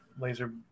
laser